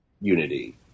unity